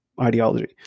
ideology